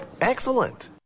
Excellent